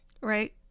Right